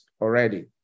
already